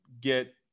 get